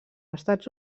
estats